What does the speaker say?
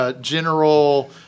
General